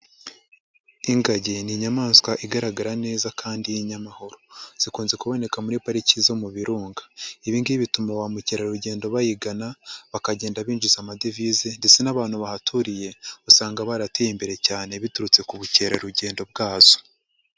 Ingagi ni inyamaswa igaragara neza kandi y'inyamahoro, zikunze kuboneka muri pariki zo mu birunga, ibi ngibi bituma ba mukerarugendo bayigana, bakagenda binjiza amadevize, ndetse n'abantu bahaturiye usanga barateye imbere cyane biturutse ku bukerarugendo bwazo.